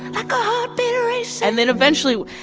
like ah heartbeat um racing and then, eventually,